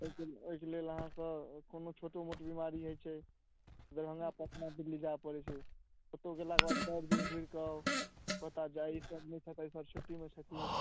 ओहिके ओहिके लेल अहाँके कोनो छोटो मोट बिमारी होइत छै दरभङ्गा पटना दिल्ली जाय पड़ैत छै ओतहु गेलाके बाद सभ घुमि फिरि कऽआउ सभ छुट्टीमे छथिन